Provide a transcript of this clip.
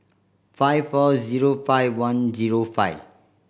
five four zero five one zero five